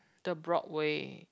the Broadway